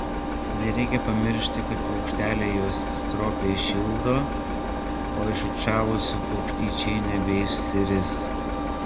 nereikia pamiršti kad paukšteliai juos stropiai šildo o iš atšalusių paukštyčiai nebeišsiris